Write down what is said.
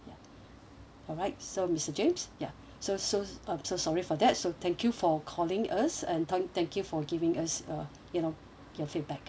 alright so mister james ya so so um so sorry for that so thank you for calling us and thank thank you for giving us uh you know your feedback